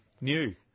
new